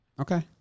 Okay